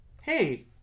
Hey